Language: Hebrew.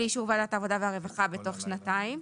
לאישור ועדת העבודה והרווחה בתוך שנתיים.